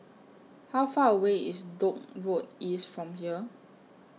How Far away IS Dock Road East from here